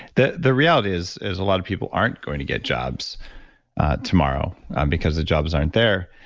the the reality is is a lot of people aren't going to get jobs tomorrow um because the jobs aren't there.